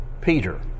Peter